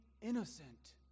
innocent